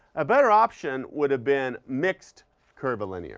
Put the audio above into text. a better option would've been mixed curvilinear